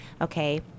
okay